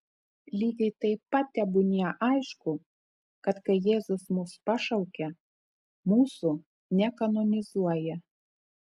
lygiai taip pat tebūnie aišku kad kai jėzus mus pašaukia mūsų nekanonizuoja